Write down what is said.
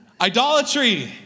idolatry